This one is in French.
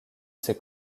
ses